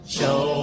Show